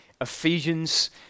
Ephesians